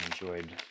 enjoyed